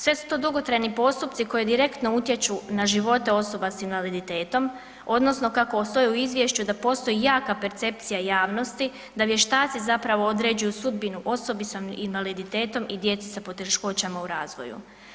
Sve su to dugotrajni postupci koji direktno utječu na živote osoba sa invaliditetom odnosno kako stoji u izvješću, da postoji jaka percepcija javnosti da vještaci zapravo određuju sudbinu osobi sa invaliditetom i djeci sa poteškoćama u razvoju.